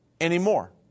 anymore